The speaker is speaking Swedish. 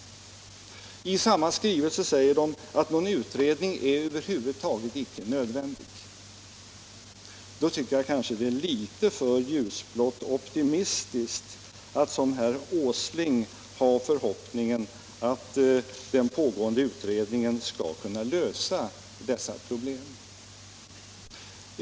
I samma skrivelse säger verket att någon utredning över huvud taget icke är nödvändig. Därför tycker jag det är litet för ljusblått optimistiskt att som herr Åsling hysa förhoppningen att den nämnda arbetsgruppen skall kunna lösa dessa problem.